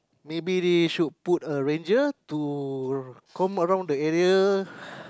may be it should put a ranger to come around the area